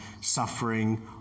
suffering